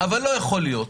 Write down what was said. לא יכול להיות,